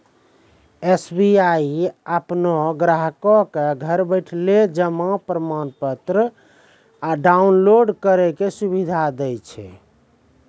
SBI अपनो ग्राहको क घर बैठले जमा प्रमाणपत्र डाउनलोड करै के सुविधा दै छै